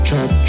Trap